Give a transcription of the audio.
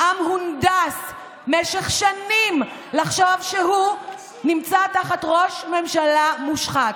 העם הונדס משך שנים לחשוב שהוא נמצא תחת ראש ממשלה מושחת.